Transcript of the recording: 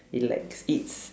it like it's